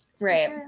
right